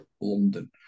London